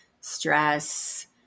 stress